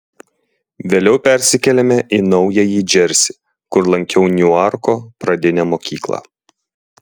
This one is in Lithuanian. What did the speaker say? vėliau persikėlėme į naująjį džersį kur lankiau niuarko pradinę mokyklą